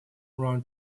run